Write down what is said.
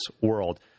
world